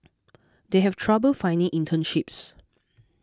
they have trouble finding internships